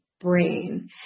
brain